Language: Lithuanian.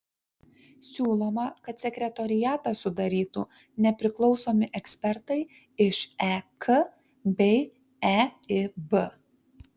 siūloma kad sekretoriatą sudarytų nepriklausomi ekspertai iš ek bei eib